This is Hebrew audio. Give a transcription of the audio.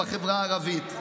בחברה הערבית,